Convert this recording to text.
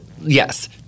yes –